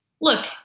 look